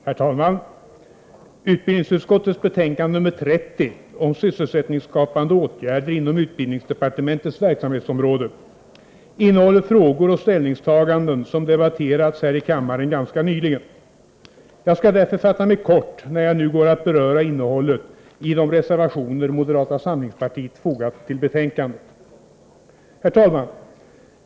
Herr talman! Utbildningsutskottets betänkande nr 30 om sysselsättningsskapande åtgärder inom utbildningsdepartementets verksamhetsområde innehåller frågor och ställningstaganden som debatterats här i kammaren ganska nyligen. Jag skall därför fatta mig kort, när jag nu går att beröra innehållet i de reservationer moderata samlingspartiet fogat till betänkandet. Herr talman!